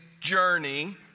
journey